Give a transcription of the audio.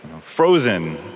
frozen